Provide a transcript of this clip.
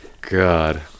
god